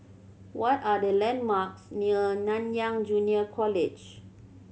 what are the landmarks near Nanyang Junior College